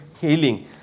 healing